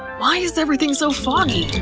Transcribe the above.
why is everything so foggy?